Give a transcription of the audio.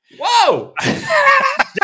Whoa